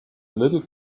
little